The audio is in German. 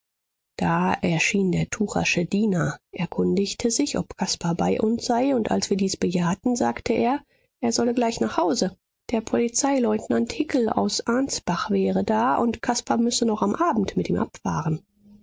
da erschien der tuchersche diener erkundigte sich ob caspar bei uns sei und als wir dies bejahten sagte er er solle gleich nach hause der polizeileutnant hickel aus ansbach wäre da und caspar müsse noch am abend mit ihm abfahren